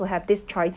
so I rather just